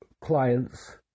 clients